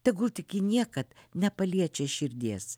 tegul tik ji niekad nepaliečia širdies